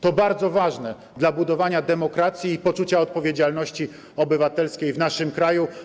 To bardzo ważne dla budowania demokracji i poczucia odpowiedzialności obywatelskiej w naszym kraju.